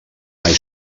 mai